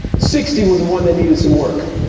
sixty was the one that needed some work.